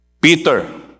Peter